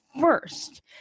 first